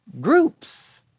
groups